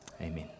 Amen